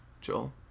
Joel